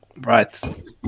Right